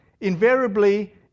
invariably